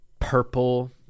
purple